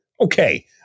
okay